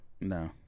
No